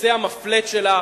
כיסא המפלט שלה,